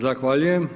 Zahvaljujem.